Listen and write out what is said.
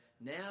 now